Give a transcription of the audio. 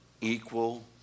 equal